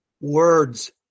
words